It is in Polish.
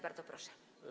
Bardzo proszę.